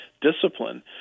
discipline